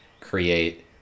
create